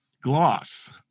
gloss